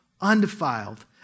undefiled